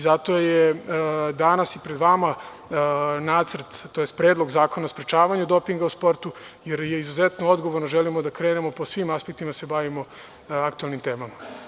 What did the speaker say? Zato je danas pred vama Predlog zakona o sprečavanju dopinga u sportu, jer je izuzetno odgovorno želimo da krenemo po svim aspektima da se bavimo aktuelnim temama.